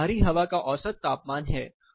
यह बाहरी हवा का औसत तापमान है